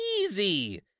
Easy